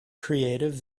creative